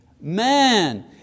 man